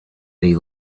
they